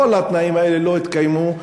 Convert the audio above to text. כל התנאים האלה לא התקיימו,